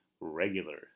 regular